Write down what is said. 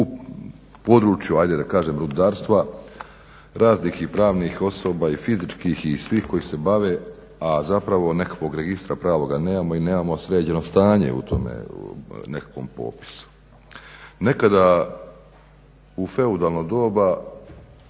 u području, ajde da kažem rudarstva, raznih i pravnih osoba i fizičkih i svih koji se bave, a zapravo nekakvog registra pravoga nemamo i nemamo sređeno stanje u tome, u nekakvom popisu. Nekada u feudalno doba,